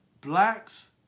blacks